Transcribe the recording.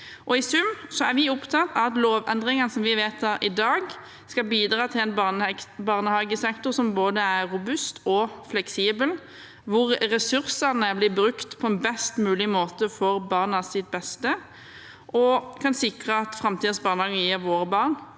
I sum er vi opptatt av at lovendringene vi vedtar i dag, skal bidra til en barnehagesektor som er både robust og fleksibel, hvor ressursene blir brukt på best mulig måte til barnas beste, og kan sikre at framtidens barnehager gir våre barn